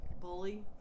bully